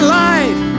life